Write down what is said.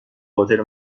هتل